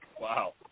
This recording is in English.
Wow